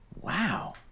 Wow